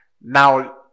Now